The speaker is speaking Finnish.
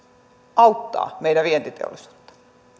auttaa meidän vientiteollisuutta